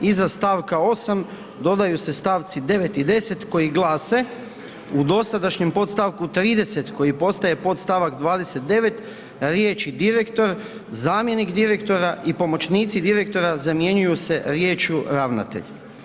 Iza stavka 8. dodaju se stavci 9. i 10. koji glase: „U dosadašnjem podstavku 30. koji postaje podstavak 29. riječi: „direktor, zamjenik direktora i pomoćnici direktora“, zamjenjuju se riječju „ravnatelj“